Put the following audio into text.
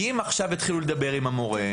כי אם יתחילו לדבר עם המורה,